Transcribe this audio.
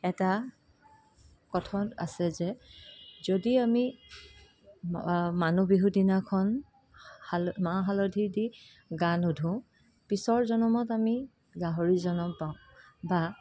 এটা কথন আছে যে যদি আমি মানুহ বিহু দিনাখন মাহ হালধি দি গা নুধুওঁ পিছৰ জনমত আমি গাহৰি জনম পাওঁ বা